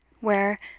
where,